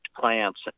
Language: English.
plants